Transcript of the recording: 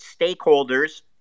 stakeholders